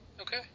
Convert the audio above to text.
Okay